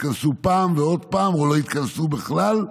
התכנסו פעם ועוד פעם, או לא התכנסו בכלל.